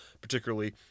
particularly